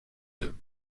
eux